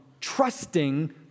trusting